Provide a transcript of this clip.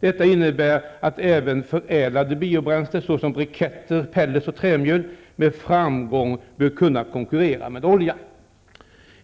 Detta innebär att även förädlade biobränslen såsom briketter, pellets och trämjöl med framgång bör kunna konkurrera med olja.